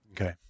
Okay